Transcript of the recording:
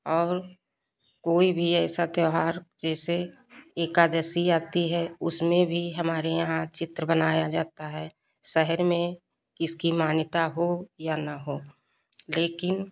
और कोई भी ऐसा त्यौहार जैसे एकादशी आती है उसमें भी हमारे यहाँ चित्र बनाया जाता है शहर में इसकी मान्यता हो या ना हो लेकिन